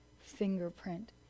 fingerprint